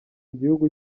gihugu